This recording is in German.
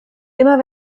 immer